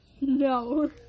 No